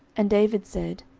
and david said,